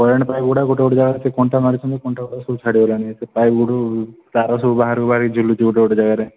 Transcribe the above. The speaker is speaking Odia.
କରେଣ୍ଟ ପାଇପ୍ ଗୁଡ଼ା ଗୋଟେ ଗୋଟେ ଜାଗାରେ କଣ୍ଟା ମାରିଛନ୍ତି କଣ୍ଟା ଗୁଡାକ ସବୁ ଛାଡ଼ି ଗଲାଣି ସେ ପାଇପ୍ ରୁ ତାର ସବୁ ବାହାରକୁ ବାହାରିକି ଝୁଲୁଛି ଗୋଟେ ଗୋଟେ ଜାଗାରେ